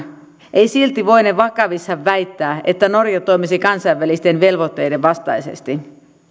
ei silti voine vakavissaan väittää että norja toimisi kansainvälisten velvoitteiden vastaisesti